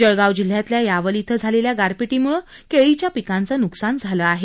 जळगाव जिल्ह्यातल्या यावल इथं झालेल्या गारपीटीमुळं केळीच्या पिकांचं न्कसान झालं आहे